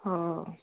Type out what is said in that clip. हा